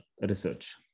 research